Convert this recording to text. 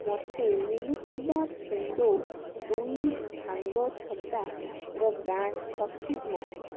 ମୋତେ ମିଳିଥିବା ଫେଣ୍ଡୋ ଦୁଇ ଭାଙ୍ଗ ଛତାର ବ୍ରାଣ୍ଡ ସଠିକ୍ ନାହିଁ